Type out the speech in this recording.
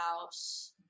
house